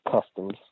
customs